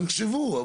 תחשבו.